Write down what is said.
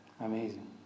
amazing